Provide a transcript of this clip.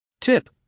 Tip